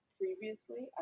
previously